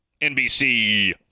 NBC